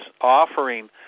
offering